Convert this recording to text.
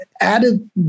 added